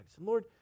Lord